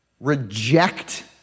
reject